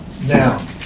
now